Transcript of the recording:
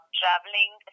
traveling